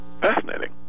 Fascinating